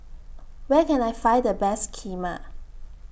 Where Can I Find The Best Kheema